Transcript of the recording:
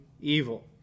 evil